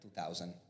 2000